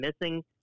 missing